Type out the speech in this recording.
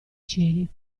cieli